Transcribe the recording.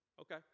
Okay